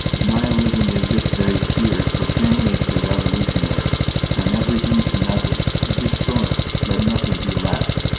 nihilism is this very spirit which animates the revolutionaries turn everything to nothing. destroy let nothing be left.